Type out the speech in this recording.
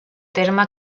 terme